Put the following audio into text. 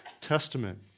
Testament